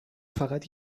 فقط